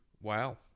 Wow